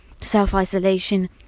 self-isolation